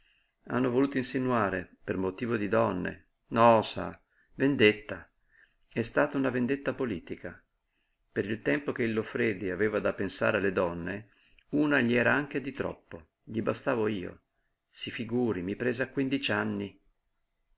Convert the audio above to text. hanno voluto insinuare per motivo di donne no sa vendetta è stata una vendetta politica per il tempo che il loffredi aveva da pensare alle donne una gli era anche di troppo gli bastavo io si figuri mi prese a quindici anni